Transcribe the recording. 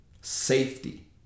safety